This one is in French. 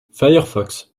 firefox